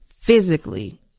physically